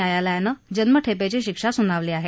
न्यायालयानं जन्मठेपेची शिक्षा स्नावली आहे